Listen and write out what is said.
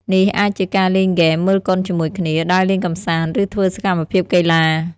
នេះអាចជាការលេងហ្គេម មើលកុនជាមួយគ្នា ដើរលេងកម្សាន្ត ឬធ្វើសកម្មភាពកីឡា។